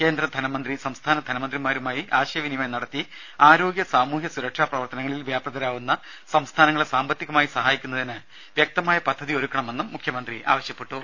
കേന്ദ്ര ധനമന്ത്രി സംസ്ഥാന ധനമന്ത്രിമാരുമായി ആശയവിനിമയം നടത്തി ആരോഗ്യ സാമൂഹ്യ സുരക്ഷാ പ്രവർത്തനങ്ങളിൽ വ്യാപ്യതരാവുന്ന സംസ്ഥാനങ്ങളെ സാമ്പത്തികമായി സഹായിക്കുന്നതിന് വ്യക്തമായ പദ്ധതിയൊരുക്കണമെന്നും മുഖ്യമന്ത്രി ആവശ്യപ്പെട്ടു